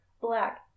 black